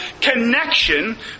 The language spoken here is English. connection